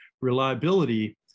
reliability